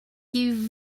you